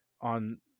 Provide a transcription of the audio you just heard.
on